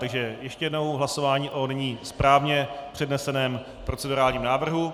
Takže ještě jednou hlasování o nyní správně předneseném procedurálním návrhu.